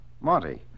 Monty